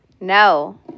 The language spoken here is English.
No